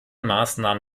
maßnahmen